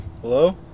Hello